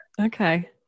Okay